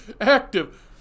active